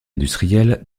industrielle